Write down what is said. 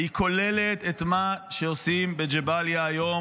והיא כוללת את מה שעושים בג'באליה היום,